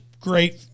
great